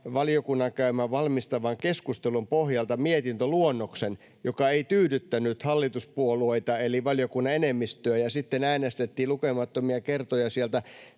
valmistavan keskustelun pohjalta mietintöluonnoksen, joka ei tyydyttänyt hallituspuolueita eli valiokunnan enemmistöä, ja sitten äänestettiin lukemattomia kertoja sieltä